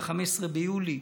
ב-15 ביולי,